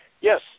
yes